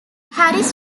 harris